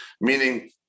meaning